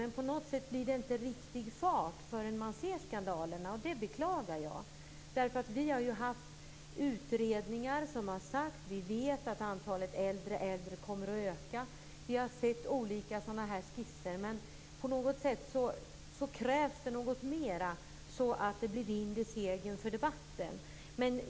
Men på något sätt blir det ingen riktig fart förrän man ser skandalerna, och det beklagar jag. Vi har ju haft utredningar om det här. Vi vet att antalet äldre äldre kommer att öka. Vi har sett olika sådana här skisser. Men på något sätt krävs det något mer så att det blir vind i seglen i debatten.